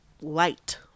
light